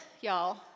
y'all